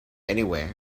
anywhere